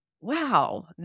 wow